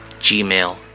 gmail